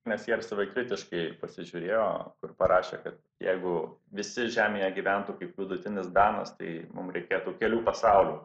nes jie ir savikritiškai pasižiūrėjo kur parašė kad jeigu visi žemėje gyventų kaip vidutinis danas tai mum reikėtų kelių pasaulių